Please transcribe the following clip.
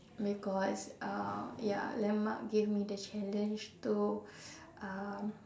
because uh ya landmark gave me the challenge to um